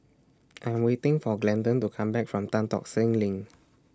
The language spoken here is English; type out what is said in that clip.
I Am waiting For Glendon to Come Back from Tan Tock Seng LINK